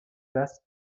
places